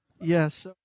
Yes